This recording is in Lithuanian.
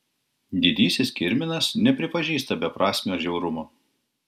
didysis kirminas nepripažįsta beprasmio žiaurumo